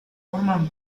forman